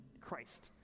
Christ